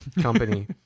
company